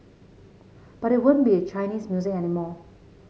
because it won't be Chinese music anymore